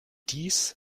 dies